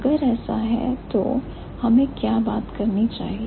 अगर ऐसा है तो हमें क्या बात करनी चाहिए